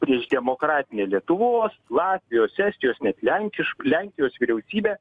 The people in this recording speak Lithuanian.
prieš demokratinę lietuvos latvijos estijos net lenkiš lenkijos vyriausybę